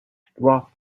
drop